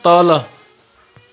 तल